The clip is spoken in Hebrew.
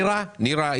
נירה,